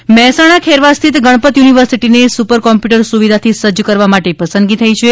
super computer Mehsana Kherva સ્થિત ગણપત યુનિવર્સિટીને super computer સુવિધાથી સજ્જ કરવા માટે પસંદગી થઈ છે